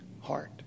heart